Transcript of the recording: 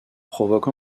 provoque